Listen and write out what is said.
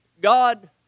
God